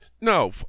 no